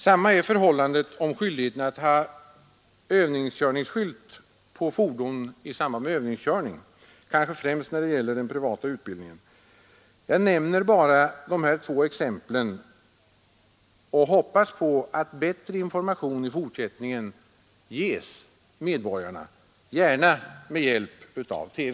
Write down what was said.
Samma är förhållandet om skyldigheten att ha övningskörningsskylt på fordon i samband med övningskörning, kanske främst i samband med den privata utbildningen. Jag nämner bara detta som ett par exempel och hoppas på bättre information i fortsättningen, gärna med hjälp av TV.